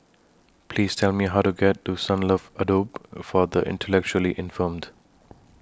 Please Tell Me How to get to Sunlove Abode For The Intellectually Infirmed